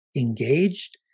engaged